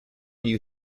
you